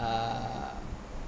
uh